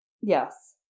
Yes